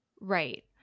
right